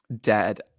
Dead